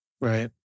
Right